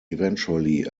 eventually